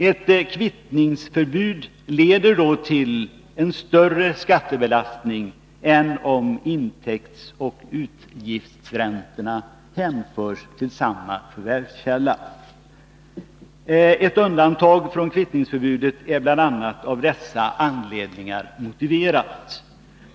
Ett kvittningsförbud leder då till en större skattebelastning än om intäktoch utgiftsräntorna hänförs till samma förvärvskälla. Ett undantag från kvittningsförbudet är bl.a. av dessa anledningar motiverat.